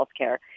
healthcare